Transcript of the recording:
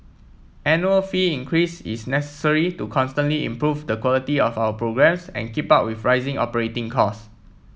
annual fee increase is necessary to constantly improve the quality of our programmes and keep up with rising operating cost